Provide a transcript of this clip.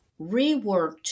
reworked